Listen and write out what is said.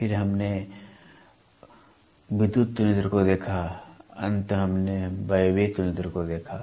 फिर हमने विद्युत तुलनित्र को देखा अंत में हमने वायवीय तुलनित्र को देखा